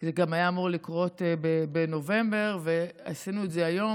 זה היה אמור לקרות בנובמבר ועשינו את זה היום,